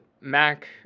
Mac